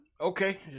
Okay